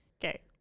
Okay